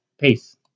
peace